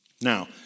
Now